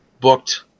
booked